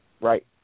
right